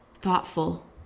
thoughtful